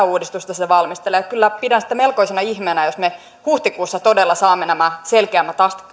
uudistusta se valmistelee kyllä pidän sitä melkoisena ihmeenä jos me huhtikuussa todella saamme selkeämmät